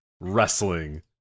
Wrestling